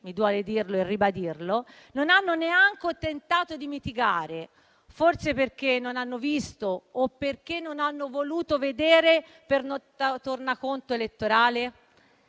mi duole dirlo e ribadirlo - non hanno neanche tentato di mitigare, forse perché non hanno visto o perché non hanno voluto vedere per tornaconto elettorale.